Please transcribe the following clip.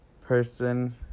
person